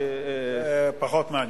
פחות מעניין.